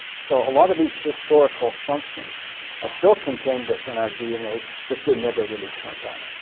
so a lot of these historical functions are still contained within our dna, but they are never really turned on.